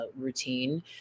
routine